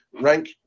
Rank